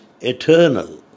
eternal